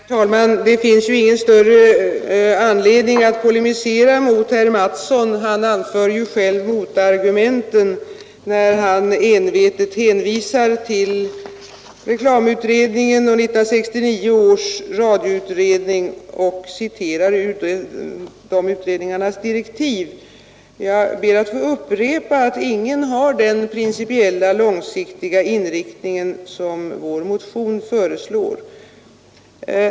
Herr talman! Det finns ingen anledning att polemisera mot herr Mattsson i Lane-Herrestad. Han anför ju själv motargumenten när han envetet hänvisar till reklamutredningen och 1969 års radioutredning och citerar ur de utredningarnas direktiv. Jag ber att få upprepa att ingen av dessa utredningar har den principiella, långsiktiga inriktning som vår motion föreslår.